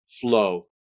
flow